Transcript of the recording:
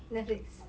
netflix